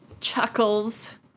chuckles